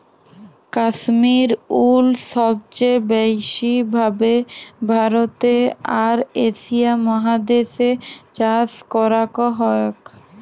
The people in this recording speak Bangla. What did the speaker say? কাশ্মির উল সবচে ব্যাসি ভাবে ভারতে আর এশিয়া মহাদেশ এ চাষ করাক হয়ক